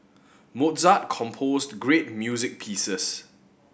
Mozart composed great music pieces